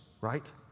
right